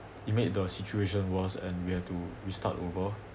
it made the situation worse and we have to restart over